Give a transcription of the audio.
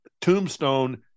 Tombstone